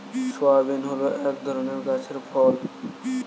soybean হল এক ধরনের গাছের ফল